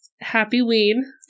happy-ween